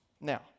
Now